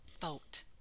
Vote